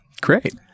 Great